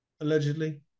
allegedly